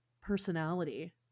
personality